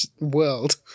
world